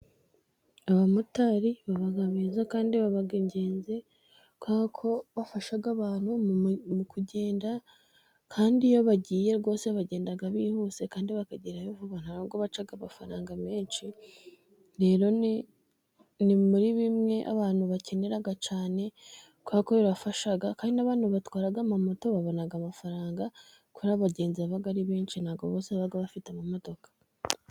Abamotari baba beza kandi baba ingenzi, kubera ko bafasha abantu mu kugenda, kandi iyo bagiye rwose bagenda bihuse, kandi bakagerayo vuba, ntanubwo baca amafaranga menshi, rero ni muri bimwe abantu bakenera cyane, kubera ko birafasha, kandi n'abantu batwara ama moto babona amafaranga kubera abagenzi baba ari benshi, ntabwo bose baba bafite amamodoka.